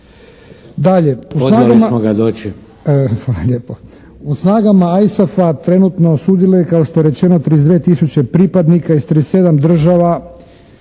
U snagama ISAF-a trenutno sudjeluje kao što je rečeno 32 tisuće pripadnika iz 37 država,